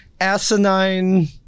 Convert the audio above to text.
Asinine